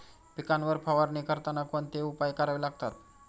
पिकांवर फवारणी करताना कोणते उपाय करावे लागतात?